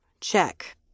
Check